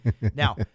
now